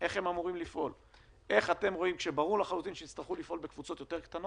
ראינו את זה בכל הנושאים שדנו בהם לאורך כל הזמן